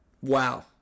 Wow